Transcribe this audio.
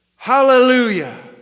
Hallelujah